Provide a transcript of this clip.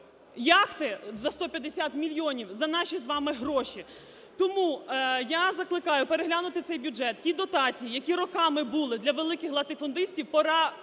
яхти за 150 мільйонів, за наші з вами гроші. Тому я закликаю переглянути цей бюджет. Ті дотації, які роками були для великих латифундистів, пора